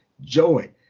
joy